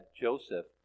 Joseph